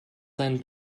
seinen